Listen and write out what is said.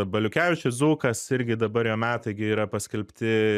baliukevičius dzūkas irgi dabar jo metai gi yra paskelbti